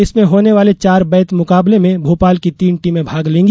इसमें होने वाले चारबैत मुकाबले में भोपाल की तीन टीम भाग लेंगी